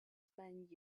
spent